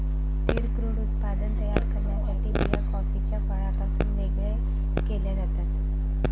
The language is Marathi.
स्थिर क्रूड उत्पादन तयार करण्यासाठी बिया कॉफीच्या फळापासून वेगळे केल्या जातात